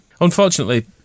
Unfortunately